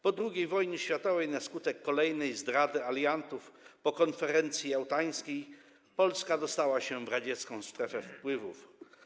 Po II wojnie światowej na skutek kolejnej zdrady aliantów po konferencji jałtańskiej Polska dostała się w radziecką strefę wpływów.